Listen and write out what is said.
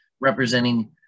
representing